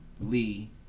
Lee